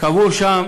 קבור שם